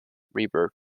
reverb